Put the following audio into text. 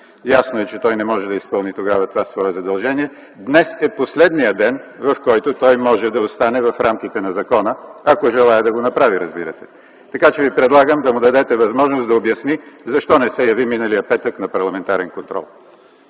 ясно е, че той не може да изпълни тогава това свое задължение. Днес е последният ден, в който той може да остане в рамките на закона, ако желае да го направи, разбира се. Така, че Ви предлагам да му дадете възможност да обясни защо не се яви миналия петък на Парламентарен контрол.